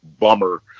bummer